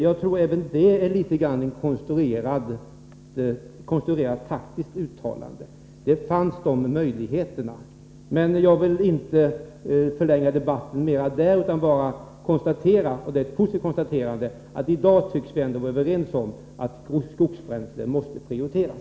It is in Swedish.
Jag tror att även det är ett konstruerat uttalande — möjligheterna fanns. Men jag vill inte förlänga debatten mer på den punkten, utan jag konstaterar bara — och det är ett positivt konstaterande — att vi i dag ändå tycks vara överens om att våra skogsbränslen måste prioriteras.